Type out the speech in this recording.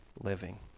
living